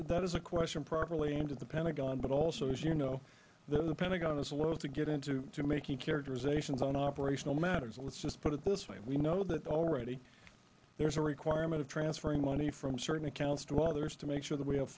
that is a question properly and at the pentagon but also as you know the pentagon is allowed to get into to making characterizations on operational matters let's just put it this way we know that already there is a requirement of transferring money from certain accounts to others to make sure that we have